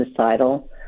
suicidal